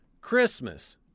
Christmas